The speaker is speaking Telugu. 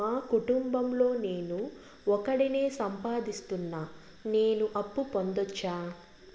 మా కుటుంబం లో నేను ఒకడినే సంపాదిస్తున్నా నేను అప్పు పొందొచ్చా